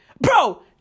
bro